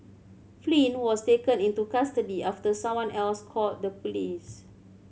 Flynn was taken into custody after someone else called the police